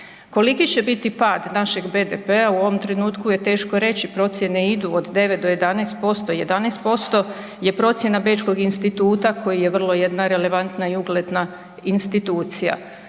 Koliki će biti pad našeg BDP-a u ovom trenutku je teško reći, procjene idu od 9 do 11%, 11% je procjena bečkog instituta koji je vrlo jedna relevantna i ugledna institucija.